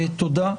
תודה.